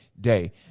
day